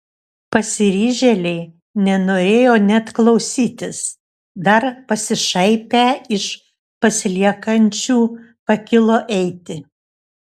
pasiryžėliai nenorėjo net klausytis dar pasišaipę iš pasiliekančių pakilo eiti